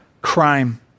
crime